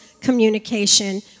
communication